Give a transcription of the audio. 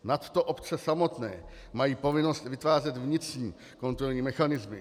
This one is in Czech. Nadto obce samotné mají povinnost vytvářet vnitřní kontrolní mechanismy.